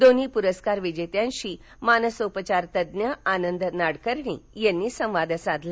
दोन्ही पुरस्कार विजेत्यांशी मानसोपचारतज्ज्ञ आनंद नाडकर्णी यांनी संवाद साधला